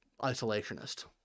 isolationist